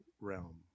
realm